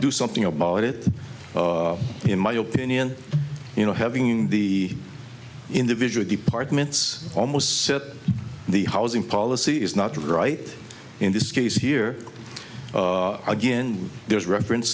do something about it in my opinion you know having the individual departments almost said that the housing policy is not right in this case here again there is reference